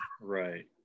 Right